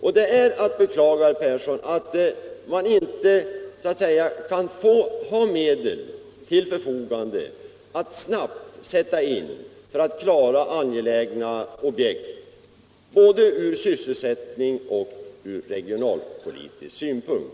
Det är också att beklaga, herr Persson, att man inte har medel till förfogande för att snabbt kunna sätta i gång projekt som är angelägna från både sysselsättnings och regionalpolitisk synpunkt.